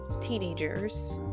teenagers